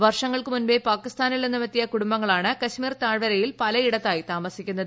വർഷങ്ങൾക്ക് മുമ്പേ പാകിസ്ഥാനിൽ നിന്നുമെത്തിയ കുടുംബങ്ങളാണ് കാശ്മീർ താഴ്വരയിൽ പലയിടത്തായി താമസിക്കുന്നത്